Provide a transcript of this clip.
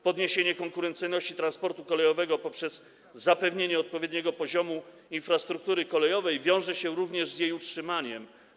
Podniesienie konkurencyjności transportu kolejowego poprzez zapewnienie odpowiedniego poziomu infrastruktury kolejowej wiąże się również z jej utrzymaniem.